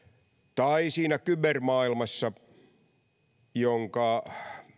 tai siinä kybermaailmassa jonka